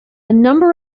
number